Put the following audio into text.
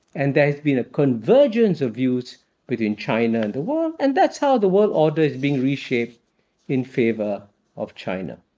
and there has been a convergence of views within china and the world. and that's how the world order is being reshaped in favor of china.